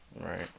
Right